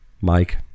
Mike